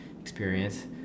experience